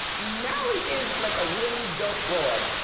mally is like a really dope broad,